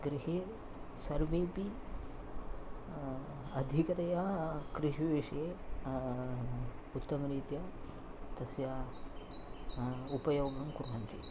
गृहे सर्वेऽपि अधिकतया कृषिविषये उत्तमरीत्या तस्य उपयोगं कुर्वन्ति